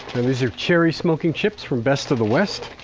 and these are cherry smoking chips from best of the west.